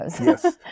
Yes